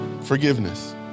forgiveness